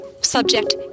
Subject